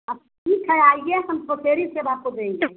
आप ठीक आइए हम पसेरी से आपको देंगे